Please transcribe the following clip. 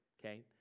okay